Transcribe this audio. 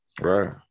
right